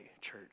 church